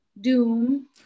doom